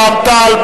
רע"ם-תע"ל,